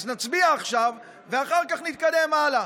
אז נצביע עכשיו ואחר כך נתקדם הלאה.